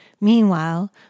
Meanwhile